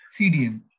CDM